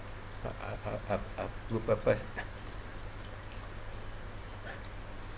uh uh uh uh good purpose